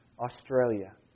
Australia